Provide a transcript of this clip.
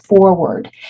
forward